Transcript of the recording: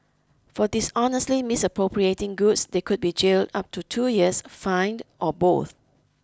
for dishonestly misappropriating goods they could be jailed up to two years fined or both